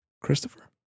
Christopher